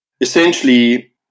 essentially